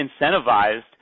incentivized